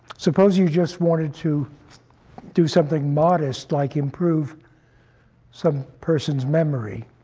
suppose you just wanted to do something modest like improve some person's memory.